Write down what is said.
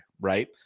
right